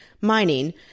mining